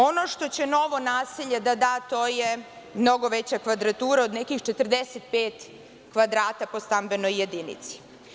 Ono što će novo naselje da da, to je mnogo veća kvadratura od nekih 45 kvadrata po stambenoj jedinici.